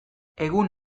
egun